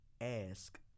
ask